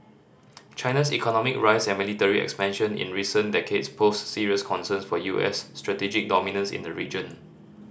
China's economic rise and military expansion in recent decades pose serious concerns for U S strategic dominance in the region